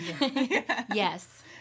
yes